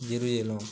Jerusalem